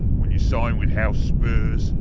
when you sign with house spurs,